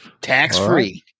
Tax-free